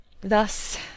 Thus